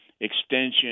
extension